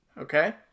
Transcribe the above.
okay